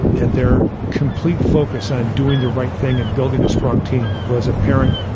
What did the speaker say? and their complete focus on doing the right thing and building a strong team was apparent,